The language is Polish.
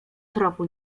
tropu